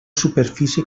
superfície